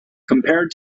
compared